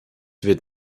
wird